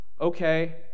okay